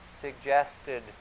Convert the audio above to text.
suggested